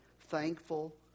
thankful